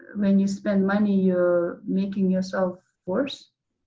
when you spend money you're making yourself worse.